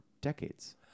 decades